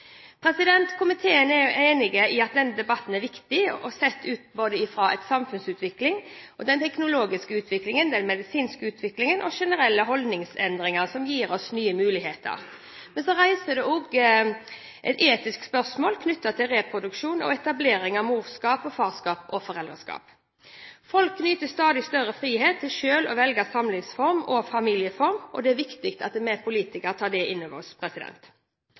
Komiteen er enig i at denne debatten er viktig sett fra både samfunnsutviklingen, den teknologiske utviklingen, den medisinske utviklingen og generelle holdningsendringer som gir oss nye muligheter. Men så reiser den også etiske spørsmål knyttet til reproduksjon og etablering av morskap, farskap og foreldreskap. Folk nyter stadig større frihet til selv å velge samlivsform og familieform, og det er viktig at vi politikere tar det inn over oss.